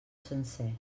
sencer